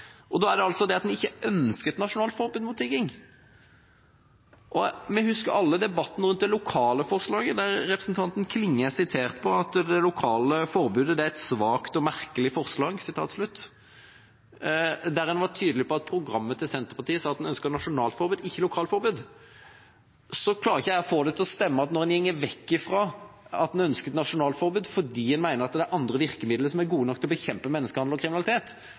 Da er det altså sånn at en ikke ønsker et nasjonalt forbud mot tigging. Vi husker alle debatten rundt det lokale forslaget, der representanten Klinge er sitert på at det lokale forbudet er et «svakt og merkelig forslag», og en var tydelig på at programmet til Senterpartiet sa at en ønsket et nasjonalt forbud, ikke et lokalt forbud. Da klarer ikke jeg få det til å stemme at når en går bort fra at en ønsker et nasjonalt forbud, fordi en mener at det er andre virkemidler som er gode nok til å bekjempe menneskehandel og kriminalitet,